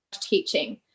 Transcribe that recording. teaching